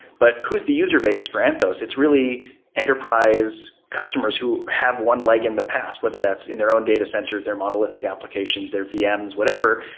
but who's the user-base for anthos? it's really enterprise customers who have one leg in the past, whether that's in their own data centers, their monolithic applications, their vms, whatever.